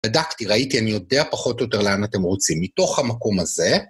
בדקתי, ראיתי, אני יודע פחות או יותר לאן אתם רוצים, מתוך המקום הזה.